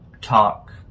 talk